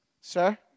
Sir